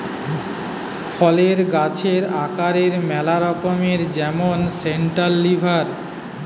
ফলের গাছের আকারের ম্যালা রকম যেমন সেন্ট্রাল লিডার